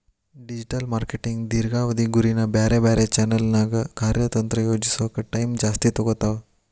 digital marketing ದೇರ್ಘಾವಧಿ ಗುರಿನ ಬ್ಯಾರೆ ಬ್ಯಾರೆ ಚಾನೆಲ್ನ್ಯಾಗ ಕಾರ್ಯತಂತ್ರ ಯೋಜಿಸೋಕ ಟೈಮ್ ಜಾಸ್ತಿ ತೊಗೊತಾವ